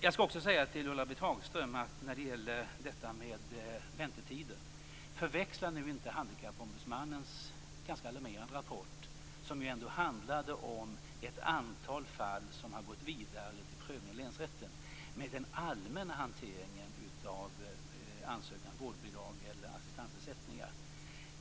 Jag skall också säga till Ulla-Britt Hagström när det gäller detta med väntetider: Förväxla nu inte Handikappombudsmannens ganska alarmerande rapport, som handlade om ett antal fall som har gått vidare till prövning i länsrätten, med den allmänna hanteringen av ansökningar om vårdbidrag eller assistansersättningar.